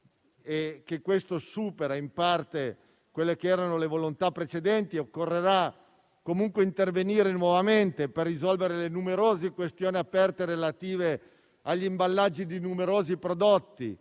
Ciò supera in parte le volontà precedenti. Occorrerà comunque intervenire nuovamente per risolvere le numerose questioni aperte relative agli imballaggi di numerosi prodotti